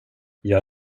jag